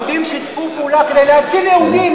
יהודים שיתפו פעולה כדי להציל יהודים,